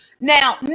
Now